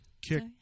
Kick